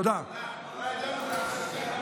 ד-מו-קרט-יה.